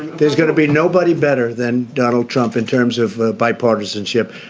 there's going to be nobody better than donald trump in terms of ah bipartisanship.